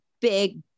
Big